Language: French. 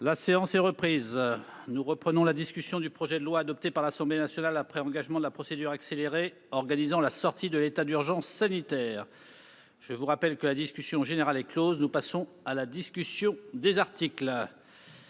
La séance est reprise. Nous poursuivons la discussion du projet de loi, adopté par l'Assemblée nationale après engagement de la procédure accélérée, organisant la sortie de l'état d'urgence sanitaire. Je rappelle que la discussion générale a été close. Nous passons à la discussion du texte